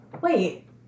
Wait